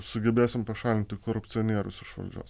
sugebėsim pašalinti korupcionierius iš valdžios